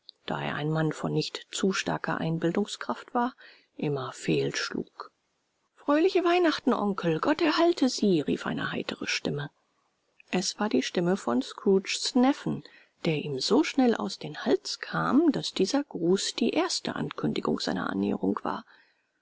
da er ein mann von nicht zu starker einbildungskraft war immer fehlschlug fröhliche weihnachten onkel gott erhalte sie rief eine heitere stimme es war die stimme von scrooges neffen der ihm so schnell auf den hals kam daß dieser gruß die erste ankündigung seiner annäherung war